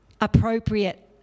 appropriate